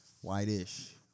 White-ish